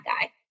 guy